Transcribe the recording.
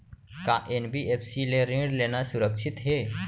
का एन.बी.एफ.सी ले ऋण लेना सुरक्षित हे?